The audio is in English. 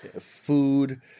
food